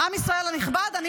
עם ישראל הנכבד, אני